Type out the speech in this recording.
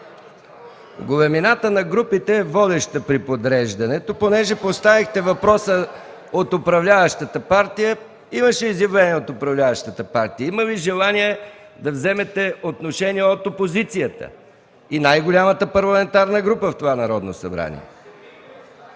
Големината на групите е водеща при подреждането. Понеже поставихте въпроса – от управляващата партия, имаше изявление от управляващата партия. Има ли желание да вземете отношение от опозицията и най-голямата парламентарна група в това Народно събрание?